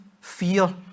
fear